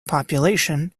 population